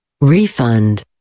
Refund